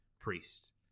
priest